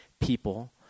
people